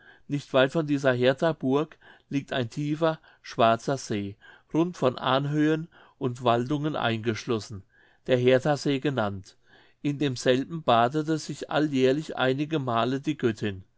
nicht weit von dieser herthaburg liegt ein tiefer schwarzer see rund von anhöhen und waldung eingeschlossen der herthasee genannt in demselben badete sich alljährlich einige male die göttin